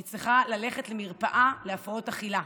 היא צריכה ללכת למרפאה להפרעות אכילה.